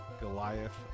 Goliath